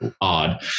odd